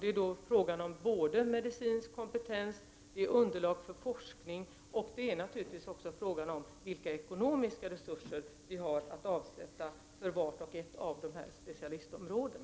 Det är då frågan om både medicinsk kompetens, underlag för forskning och naturligtvis också frågan om vilka ekonomiska resurser vi har att avsätta för vart och ett av dessa specialistområden.